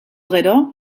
gero